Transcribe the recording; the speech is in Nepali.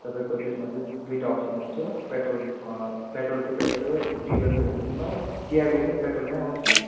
तपाईँको त्यसमा चाहिँ दुईवटा अप्सन आउँछ पेट्रोल पेट्रोल त पेट्रोलै हो डिजल छैन त्यसमा हो टियागो पनि पेट्रोलमै आउँछ